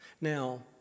Now